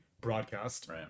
broadcast